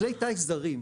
כלי טיס זרים,